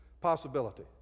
possibility